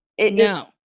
No